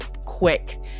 quick